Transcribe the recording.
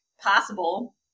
possible